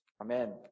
Amen